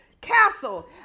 castle